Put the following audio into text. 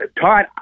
Todd